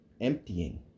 emptying